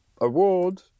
award